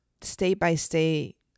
state-by-state